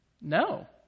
No